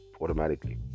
Automatically